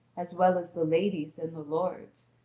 as well as the lady's and the lord's.